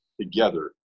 together